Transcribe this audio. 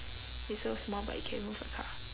it's so small but it can move a car